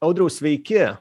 audriau sveiki